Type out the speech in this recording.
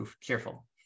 cheerful